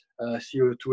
CO2